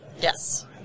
Yes